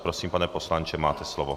Prosím, pane poslanče, máte slovo.